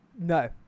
No